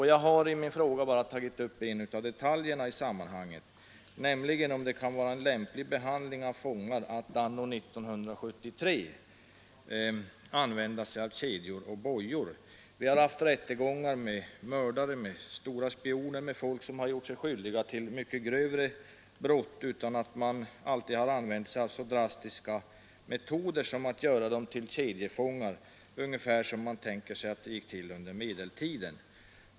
Jag har i min fråga bara tagit upp en detalj i sammanhanget, nämligen om det kan vara en lämplig behandling av fångar att — anno 1973 — använda sig av kedjor och bojor. Vi har haft rättegångar med mördare, stora spioner, folk som har gjort sig skyldiga till mycket grövre brott utan att man har använt sig av så drastiska metoder som att göra dem till kedjefångar ungefär som det väl gick till under medeltiden.